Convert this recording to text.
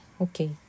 Okay